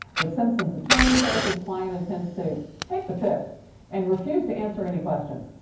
but simpson's attorney says his client intends to take the fifth and refused to answer any questions.